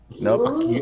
Nope